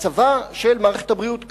מצבה של מערכת הבריאות קשה,